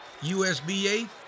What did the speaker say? USBA